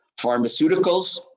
pharmaceuticals